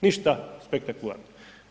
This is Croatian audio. Ništa spektakularno.